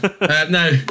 No